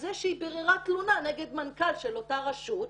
זה שהיא ביררה תלונה נגד מנכ"ל של אותה רשות,